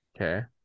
okay